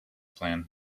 plan